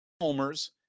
homers